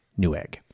Newegg